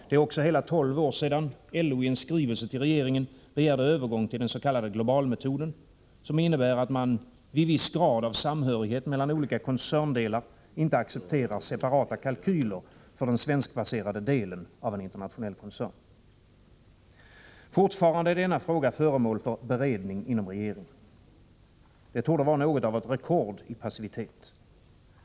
Det är också hela 12 år sedan LO i en skrivelse till regeringen begärde övergång till den s.k. globalmetoden, som innebär att man vid viss grad av samhörighet mellan olika koncerndelar inte accepterar separata kalkyler för den svenskbaserade delen av en internationell koncern. Fortfarande är denna fråga föremål för beredning inom regeringen. Detta torde vara något av ett rekord i passivitet.